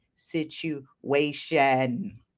situation